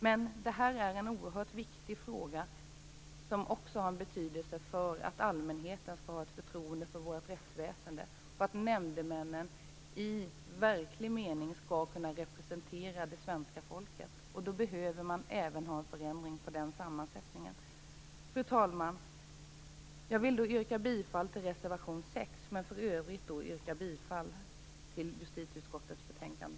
Men detta är en oerhört viktig fråga som också har betydelse för att allmänheten skall ha förtroende för vårt rättsväsende och för att nämndemännen i verklig mening skall kunna representera det svenska folket. Då behöver man även ha en förändring på den sammansättningen. Fru talman! Jag vill yrka bifall till reservation 6. I övrigt yrkar jag bifall till hemställan i justitieutskottets betänkande.